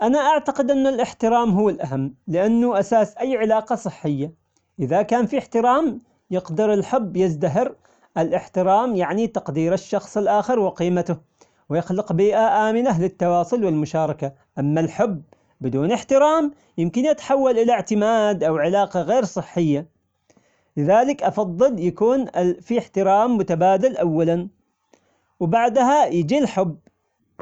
أنا أعتقد أن الإحترام هو الأهم لأنه أساس أي علاقة صحية، إذا كان في إحترام يقدر الحب يزدهر، الإحترام يعني تقدير الشخص الأخر وقيمته، ويخلق بيئة أمنة للتواصل والمشاركة، أما الحب بدون إحترام يمكن يتحول إلى إعتماد أو علاقة غير صحية، لذلك أفضل يكون في إحترام متبادل أولا، وبعدها يجي الحب.